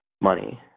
money